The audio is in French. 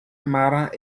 marans